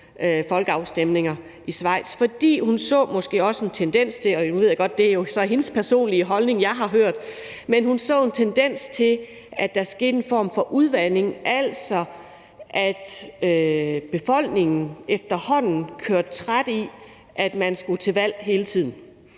folkeafstemninger i Schweiz, for hun så også en tendens til – og nu ved jeg godt, at det jo så er hendes personlige holdning, jeg har hørt – at der skete en form for udvanding, altså at befolkningen efterhånden kørte træt i, at man skulle til valg hele tiden.